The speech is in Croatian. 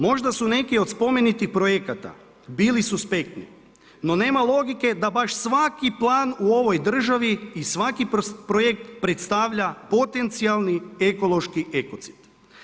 Možda su neki od spomenuti projekata bili suspektni, no nema logike, da baš svaki plan u ovoj državi i svaki projekt predstavlja potencijalni ekološki ekocid.